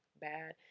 bad